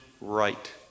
right